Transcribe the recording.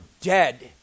dead